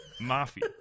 Mafia